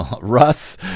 Russ